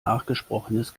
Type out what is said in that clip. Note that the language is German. nachgesprochenes